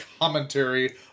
commentary